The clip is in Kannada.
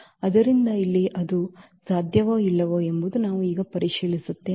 ಆದ್ದರಿಂದ ಇಲ್ಲಿ ಅದು ಸಾಧ್ಯವೋ ಇಲ್ಲವೋ ಎಂಬುದನ್ನು ನಾವು ಈಗ ಪರಿಶೀಲಿಸುತ್ತೇವೆ